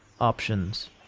options